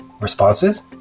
responses